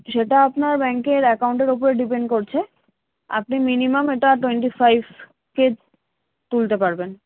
সেটা আপনার ব্যাংকের অ্যাকাউন্টের ওপরে ডিপেন্ড করছে আপনি মিনিমাম এটা টোয়েন্টি ফাইভ কে তুলতে পারবেন